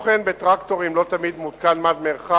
כמו כן, בטרקטורים לא תמיד מותקן מד מרחק,